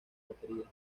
batería